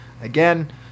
again